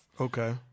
okay